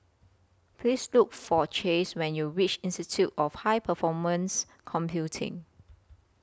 Please Look For Chase when YOU REACH Institute of High Performance Computing